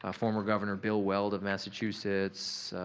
ah former governor bill weld of massachusetts,